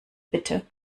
bitte